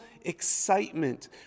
excitement